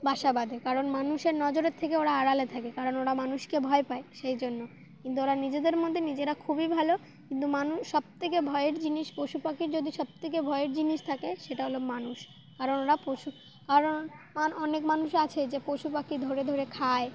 বাসা বাঁধে কারণ মানুষের নজরের থেকে ওরা আড়ালে থাকে কারণ ওরা মানুষকে ভয় পায় সেই জন্য কিন্তু ওরা নিজেদের মধ্যে নিজেরা খুবই ভালো কিন্তু মানুষ সবথেকে ভয়ের জিনিস পশু পাখির যদি সবথেকে ভয়ের জিনিস থাকে সেটা হলো মানুষ কারণ ওরা পশু কারণ অনেক মানুষ আছে যে পশু পাখি ধরে ধরে খায়